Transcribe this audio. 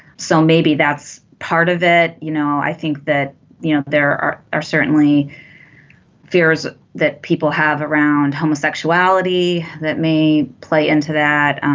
so maybe that's part of that. you know i think that you know there are are certainly fears that people have around homosexuality that may play into that.